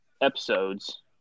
episodes